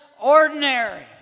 ordinary